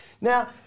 Now